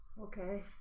okay